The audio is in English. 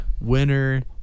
Winner